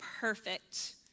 perfect